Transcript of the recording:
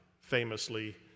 famously